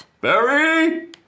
Barry